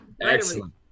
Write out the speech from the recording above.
Excellent